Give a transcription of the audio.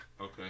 Okay